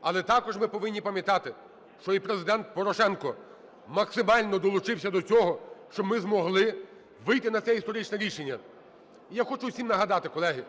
Але також ми повинні пам'ятати, що і Президент Порошенко максимально долучився до цього, що ми змоги вийти на це історичне рішення. Я хочу всім нагадати, колеги: